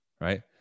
Right